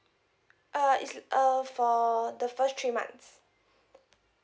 uh it's uh for the first three months